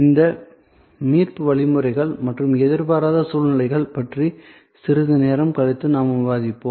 இந்த மீட்பு வழிமுறைகள் மற்றும் எதிர்பாராத சூழ்நிலைகள் பற்றி சிறிது நேரம் கழித்து நாம் விவாதிப்போம்